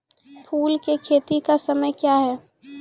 फुल की खेती का समय क्या हैं?